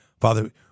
Father